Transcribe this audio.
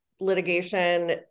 litigation